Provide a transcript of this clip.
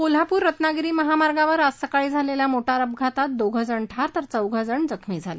कोल्हापूर रत्नागिरी महामार्गावर आज सकाळी झालेल्या मोटार अपघातात दोघे ठार तर चौघे जण जखमी झाले